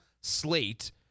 slate